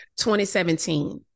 2017